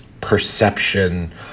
perception